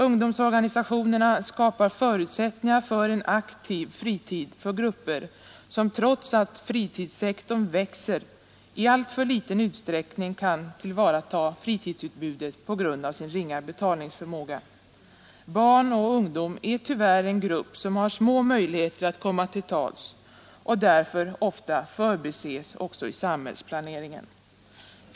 Ungdomsorganisationerna skapar förutsättningar för en aktiv fritid för grupper som, trots att fritidssektorn växer, i alltför liten utsträckning kan ta till vara fritidsutbudet på grund av sin ringa betalningsförmåga. Barn och ungdom är tyvärr en grupp som har små möjligheter att komma till tals och som därför ofta förbises också i samhällsplaneringen.